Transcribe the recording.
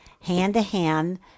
hand-to-hand